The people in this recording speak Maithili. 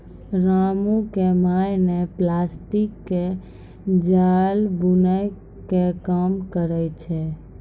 रामू के माय नॅ प्लास्टिक के जाल बूनै के काम करै छै